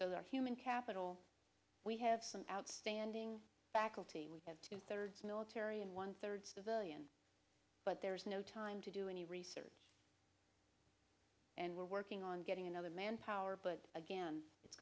our human capital we have some outstanding faculty we have two thirds military and one third civilian but there's no time to do any research and we're working on getting another manpower but again it's